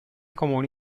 comuni